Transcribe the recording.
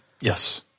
Yes